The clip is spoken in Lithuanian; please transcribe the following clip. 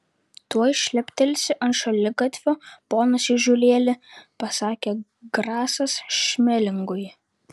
tuoj šleptelsi ant šaligatvio ponas įžūlėli pasakė grasas šmelingui